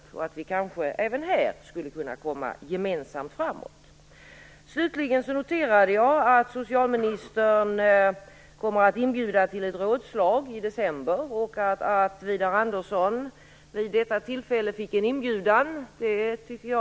Då skulle vi gemensamt kanske även här kunna komma framåt. Slutligen noterade jag att socialministern kommer att inbjuda till ett rådslag i december och att Widar Andersson fick en inbjudan till detta tillfälle.